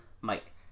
Mike